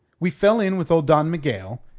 we fell in with old don miguel,